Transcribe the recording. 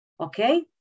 Okay